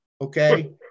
okay